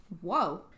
Whoa